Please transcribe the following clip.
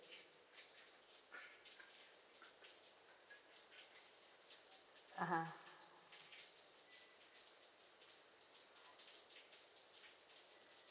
(uh huh)